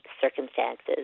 circumstances